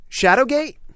Shadowgate